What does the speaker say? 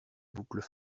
boucles